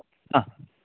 ആ